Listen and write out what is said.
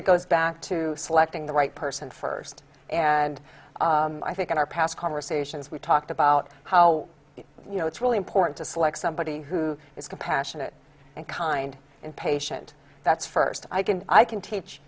it goes back to selecting the right person first and i think in our past conversations we talked about how you know it's really important to select somebody who is compassionate and kind and patient that's first i can i can teach